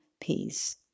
peace